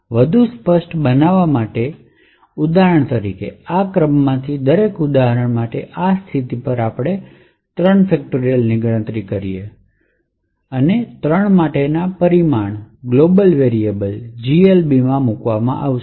વધુ સ્પષ્ટ બનવા માટે ઉદાહરણ તરીકે આ ક્રમમાંથી દરેક ઉદાહરણ માટે આ સ્થિતિ પર આપણે 3 ની ગણતરી કરી હોત અને 3 માટે પરિણામ ગ્લોબલ વેરિએબલ GLB માં મૂકવામાં આવશે